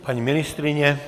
Paní ministryně?